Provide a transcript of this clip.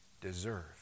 deserve